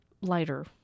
lighter